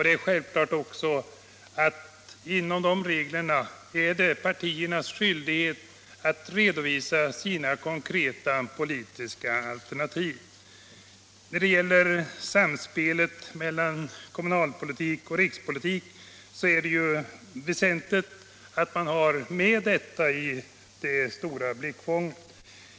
Det är självklart också inom de reglerna partiernas skyldighet att redovisa sina konkreta politiska alternativ. När det gäller samspelet mellan kommunalpolitik och rikspolitik är det väsentligt att man har detta med i det stora blickfånget.